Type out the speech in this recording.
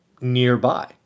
nearby